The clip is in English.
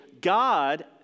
God